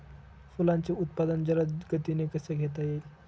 फुलांचे उत्पादन जलद गतीने कसे घेता येईल?